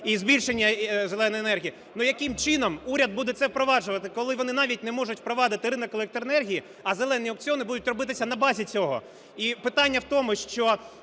і збільшення "зеленої" енергії, но яким чином уряд буде це впроваджувати, коли вони навіть не можуть впровадити ринок електроенергії, а "зелені" аукціони будуть робитися на базі цього. І питання в тому, що